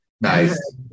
Nice